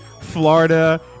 Florida